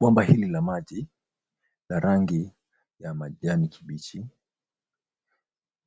Bomba hili la maji la rangi ya majani kibichi